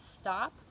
stop